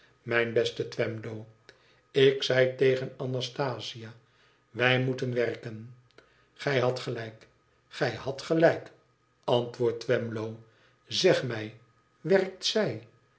mijn beste twemlow ik zei tegen anastasia iwij moeten werken gij hadt gelijk gij hadt gelijk antwoordt twemlow zeg mij werkt zijv